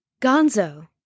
Gonzo